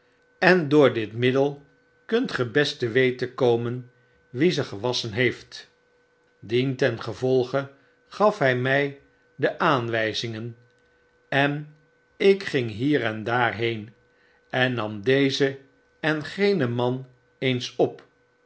en door dit middel kunt ge best te weten komen wie ze gewasschen heeft dientengevolge gaf hy my de aanwijzingen en ik ging hier en daar heen en nam dezen en genen man eens op